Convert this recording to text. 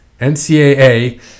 NCAA